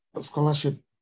scholarship